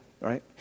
right